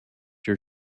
your